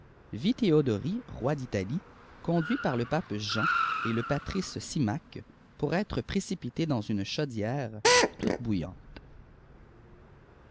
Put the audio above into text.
théodoric roi d'italie conduit par le pape jean et le patrice symmaque pour être précipité dans une chaudière toute bouillante